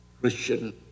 Christian